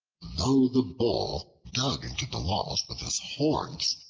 though the bull dug into the walls with his horns,